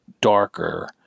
darker